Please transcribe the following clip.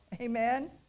Amen